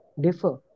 differ